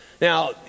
Now